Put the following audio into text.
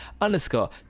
underscore